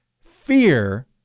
fear